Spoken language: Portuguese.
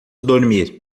dormir